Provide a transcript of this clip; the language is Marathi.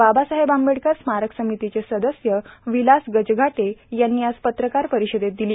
बाबासाहेब आंबेडकर स्मारक समितीचे सदस्य विलास गजघाटे यांनी आज पत्रकार परिषदेत दिली